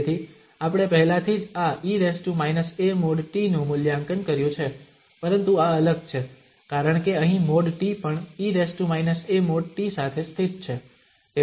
તેથી આપણે પહેલાથી જ આ e−a|t| નું મૂલ્યાંકન કર્યું છે પરંતુ આ અલગ છે કારણ કે અહીં |t| પણ e−a|t| સાથે સ્થિત છે